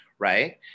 right